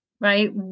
right